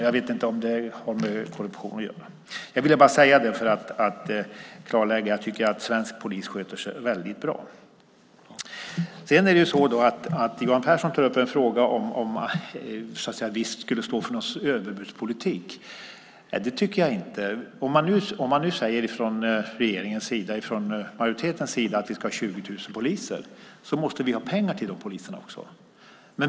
Jag vet inte om det har med korruption att göra. Jag vill säga det för att klarlägga att jag tycker att svensk polis sköter sig väldigt bra. Johan Pehrson talar om att vi står för en överbudspolitik. Det tycker jag inte. Om man från majoritetens sida säger att vi ska ha 20 000 poliser måste vi ha pengar till de poliserna.